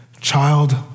child